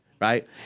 right